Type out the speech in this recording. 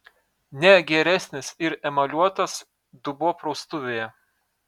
ne geresnis ir emaliuotas dubuo praustuvėje